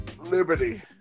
Liberty